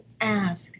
ask